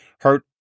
hurt